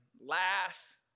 laugh